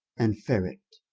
and ferret,